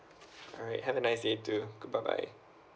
alright have a nice day too bye bye